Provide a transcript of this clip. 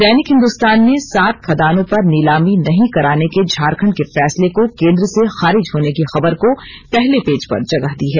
दैनिक हिन्दुस्तान ने सात खदानों पर नीलामी नहीं कराने के झारखंड के फैसले को केन्द्र से खारिज होने की खबर को पहले पेज पर जगह दी है